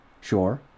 sure